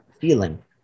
feeling